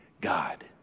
God